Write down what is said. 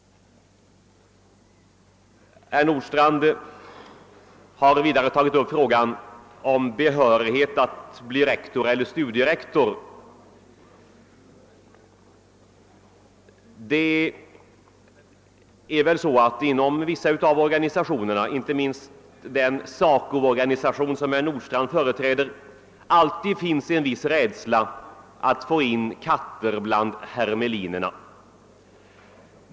Herr Nordstrandh har vidare tagit upp frågan om behörighet att bli rektor eller studierektor. Inom vissa organisationer — inte minst gäller detta SACO — den organisation herr Nordstrandh företräder — finns det stundom en rädsla att få in katter bland herme linerna.